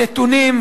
הנתונים,